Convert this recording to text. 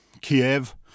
Kiev